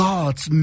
God's